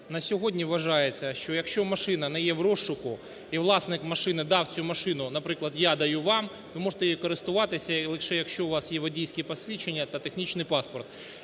На сьогодні вважається, що якщо машина не є в розшуку, і власник машини дав цю машину, наприклад, я даю вам, то можете нею користуватися лише, якщо у вас є водійські посвідчення та технічний паспорт.